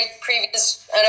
previous